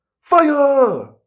Fire